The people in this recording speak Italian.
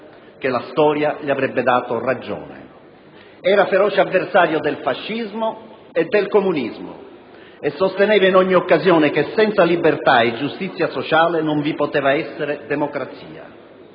che la storia gli avrebbe dato ragione. Era feroce avversario del fascismo e del comunismo, e sosteneva in ogni occasione che senza libertà e giustizia sociale non vi poteva essere democrazia.